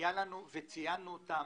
שציינו אותם.